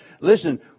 listen